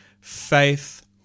faith